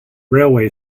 railway